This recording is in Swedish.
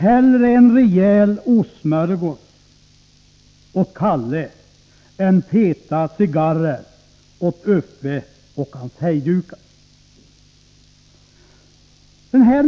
Hellre en rejäl ostsmörgås åt Kalle än feta cigarrer åt Uffe och hans hejdukar”.